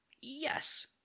Yes